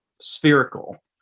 spherical